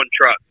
truck